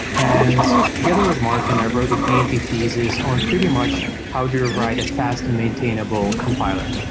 and together with martin, i wrote a ph d. thesis on pretty much how do you write a fast and maintainable compiler?